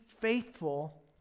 faithful